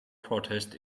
protest